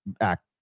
act